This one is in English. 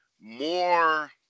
more